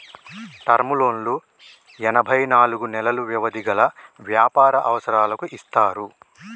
term లోన్లు ఎనభై నాలుగు నెలలు వ్యవధి గల వ్యాపార అవసరాలకు ఇస్తారు